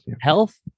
health